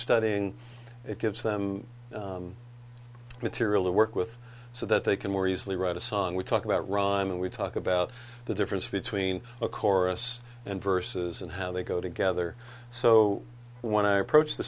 studying it gives them material to work with so that they can more easily write a song we talk about rhyme and we talk about the difference between a chorus and verses and how they go together so when i approach the